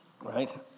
right